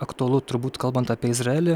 aktualu turbūt kalbant apie izraelį